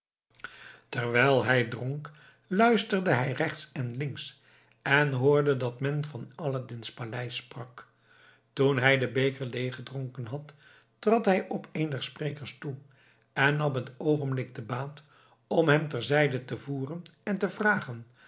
terwijl hij dronk luisterde hij rechts en links en hoorde dat men van aladdin's paleis sprak toen hij den beker leeggedronken had trad hij op een der sprekers toe en nam het oogenblik te baat om hem ter zijde te voeren en te vragen